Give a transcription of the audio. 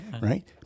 right